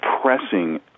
pressing